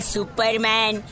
Superman